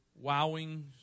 wowing